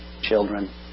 children